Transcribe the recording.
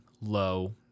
Low